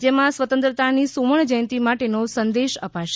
જેમાં સ્વતંત્રતાની સુવર્ણ જયંતી માટે નો સંદેશ અપાશે